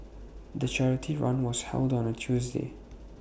the charity run was held on A Tuesday